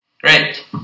Great